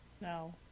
No